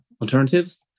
alternatives